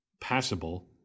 passable